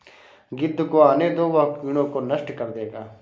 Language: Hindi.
गिद्ध को आने दो, वो कीड़ों को नष्ट कर देगा